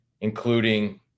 including